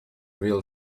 real